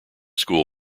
school